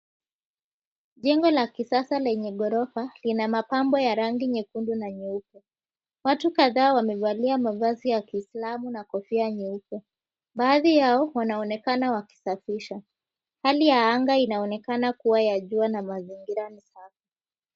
Jengo la kisasa lenye ghorofa, lina mapambo ya rangi nyekundu na nyeupe. Watu kadhaa wamevalia mavazi ya kiisalamu na kofia nyeupe. Baadhi yao wanaonekana wakisafisha. Hali ya anga inaonekana kuwa ya jua na mazingira ni safi.